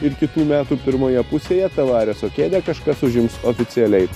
ir kitų metų pirmoje pusėje tavareso kėdę kažkas užims oficialiai